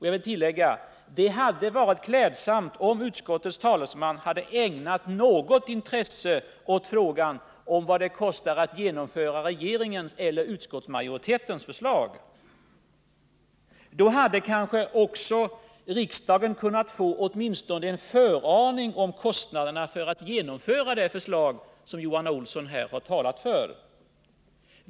Jag vill tillägga att det hade varit klädsamt om utskottets talesman hade ägnat något intresse åt frågan om vad det kostar att genomföra regeringens eller utskottsmajoritetens förslag — då hade kanske riksdagen också kunnat få åtminstone en föraning om kostnaderna för genomförandet av det förslag som Johan A. Olsson här har talat för.